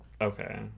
Okay